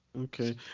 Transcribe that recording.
okay